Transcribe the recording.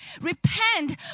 Repent